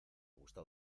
gusta